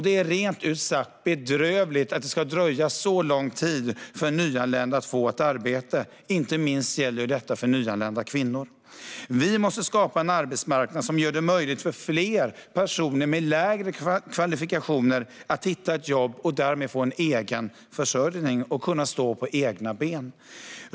Det är rent ut sagt bedrövligt att det ska dröja så lång tid för en nyanländ att få ett arbete; inte minst gäller detta för nyanlända kvinnor. Vi måste skapa en arbetsmarknad som gör det möjligt för fler personer med lägre kvalifikationer att hitta ett jobb och därmed få en egen försörjning och stå på egna ben.